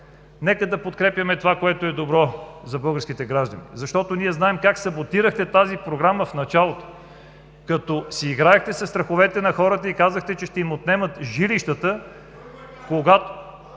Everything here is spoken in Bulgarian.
нека да подкрепяме това, което е добро за българските граждани. Защото ние знаем как саботирахте тази Програма в началото, като си играехте със страховете на хората и казахте, че ще им отнемат жилищата.